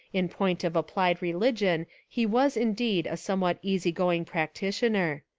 in point of applied religion he was indeed a somewhat easy-going practi tioner.